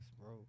bro